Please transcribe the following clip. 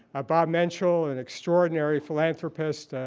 ah bob menschel, an extraordinary philanthropist,